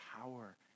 power